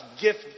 Gift